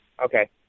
Okay